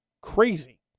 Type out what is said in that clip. crazy